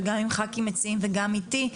גם עם הח"כים המציעים וגם איתי,